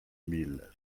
mille